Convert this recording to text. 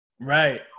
Right